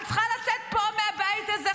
אבל צריכה לצאת פה מהבית הזה,